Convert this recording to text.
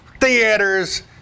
theaters